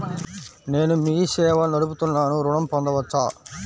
నేను మీ సేవా నడుపుతున్నాను ఋణం పొందవచ్చా?